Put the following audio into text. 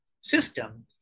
system